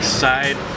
side